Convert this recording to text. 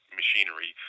machinery